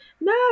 No